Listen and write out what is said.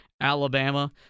Alabama